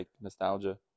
nostalgia